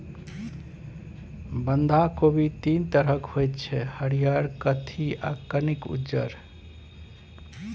बंधा कोबी तीन तरहक होइ छै हरियर, कत्थी आ कनिक उज्जर